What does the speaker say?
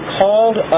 called